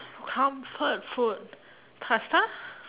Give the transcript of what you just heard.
comfort food pasta